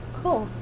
cool